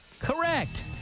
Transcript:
correct